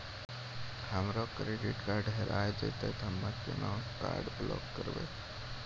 हमरो credit card हेरा जेतै ते हम्मय केना कार्ड ब्लॉक करबै?